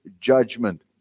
judgment